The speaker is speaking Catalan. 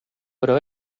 però